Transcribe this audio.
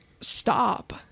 Stop